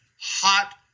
hot